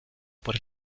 por